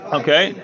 okay